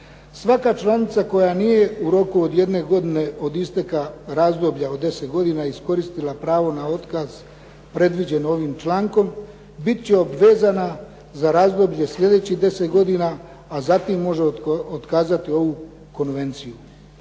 Svaka članica koja nije u roku od jedne godine od isteka razdoblja od deset godina iskoristila pravo na otkaz predviđeno ovim člankom bit će obvezana za razdoblje sljedećih deset godina, a zatim može otkazati ovu konvenciju.